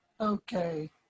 okay